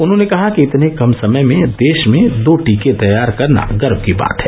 उन्होंने कहा कि इतने कम समय में देश में दो टीके तैयार करना गर्व की बात है